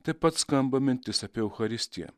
taip pat skamba mintis apie eucharistiją